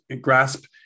grasp